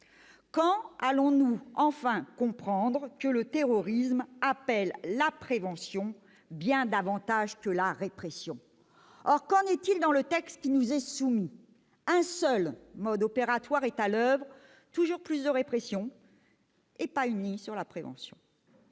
Quand allons-nous enfin comprendre que le terrorisme appelle la prévention, bien davantage que la répression ? Qu'en est-il dans le texte qui nous est soumis ? Un seul mode opératoire est à l'oeuvre : toujours plus de répression, pas une ligne sur la prévention.